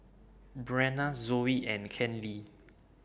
Brenna Zoey and Kenley